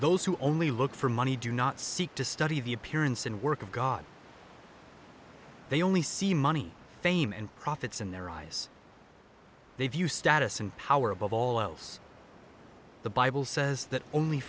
those who only look for money do not seek to study the appearance and work of god they only see money fame and profits in their eyes they view status and power above all else the bible says that only